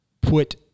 put